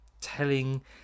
telling